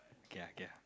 k lah k lah